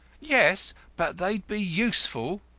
yes but they'd be useful,